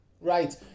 Right